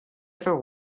ever